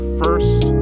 first